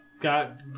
got